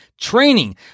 training